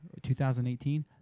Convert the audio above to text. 2018